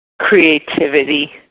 creativity